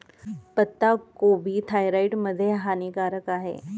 पत्ताकोबी थायरॉईड मध्ये हानिकारक आहे